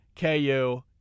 KU